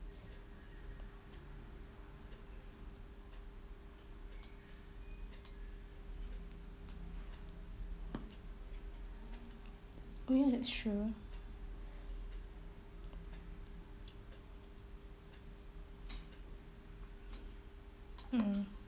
oh ya that's true mm